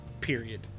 Period